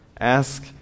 Ask